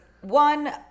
one